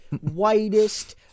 whitest